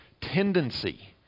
tendency